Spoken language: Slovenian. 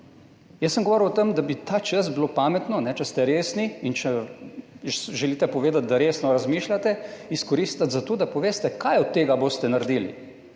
Jaz sem govoril o tem, da bi ta čas bilo pametno, če ste resni in če želite povedati, da resno razmišljate, izkoristiti za to, da poveste, kaj od tega boste naredili.